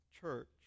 church